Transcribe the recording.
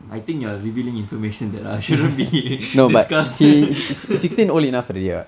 I think you're revealing information that ah shouldn't be discussed